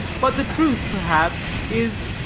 but the truth, perhaps, is,